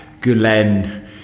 Gulen